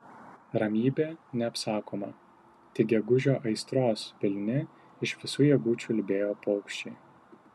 ramybė neapsakoma tik gegužio aistros pilni iš visų jėgų čiulbėjo paukščiai